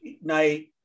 night